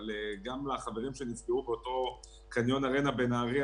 אבל גם אותם חברים שנפגעו באותו קניון ארנה בנהריה,